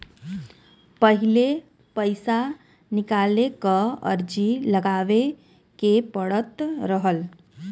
पहिले पइसा निकाले क अर्जी लगावे के पड़त रहल